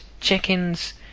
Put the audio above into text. check-ins